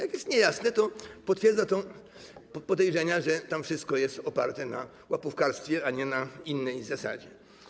Jak jest to niejasne, to potwierdza podejrzenia, że tam wszystko jest oparte na łapówkarstwie, a nie na innej zasadzie.